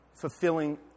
Fulfilling